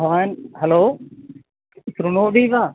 भवान् हलो श्रुणोति वा